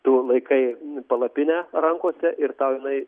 tu laikai palapinę rankose ir tau jinai